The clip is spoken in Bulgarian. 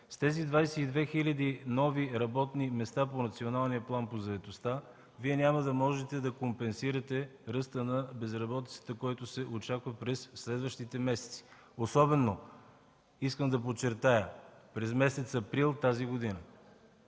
С тези 22 хиляди нови работни места по Националния план по заетостта Вие няма да можете да компенсирате ръста на безработицата, който се очаква през следващите месеци, особено искам да подчертая – през месец април тази година.